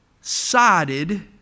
sided